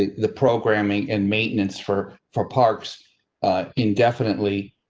the programming and maintenance for, for parks indefinitely.